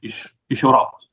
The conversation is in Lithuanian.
iš iš europos